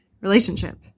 relationship